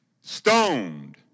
stoned